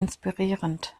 inspirierend